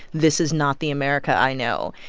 this is not the america i know.